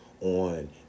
on